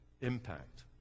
impact